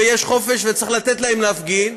יש חופש וצריך לתת להם להפגין,